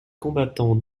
combattants